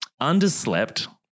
underslept